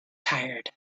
tired